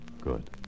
Good